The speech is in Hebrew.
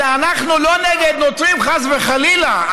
אנחנו לא נגד נוצרים, חס וחלילה.